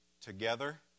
together